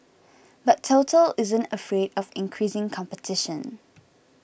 but Total isn't afraid of increasing competition